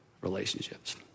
relationships